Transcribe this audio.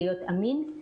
להיות אמין.